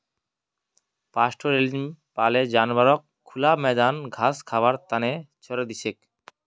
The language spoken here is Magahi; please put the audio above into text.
पास्टोरैलिज्मत पाले जानवरक खुला मैदानत घास खबार त न छोरे दी छेक